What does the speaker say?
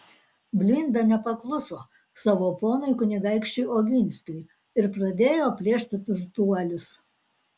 blinda nepakluso savo ponui kunigaikščiui oginskiui ir pradėjo plėšti turtuolius